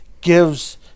gives